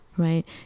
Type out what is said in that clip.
Right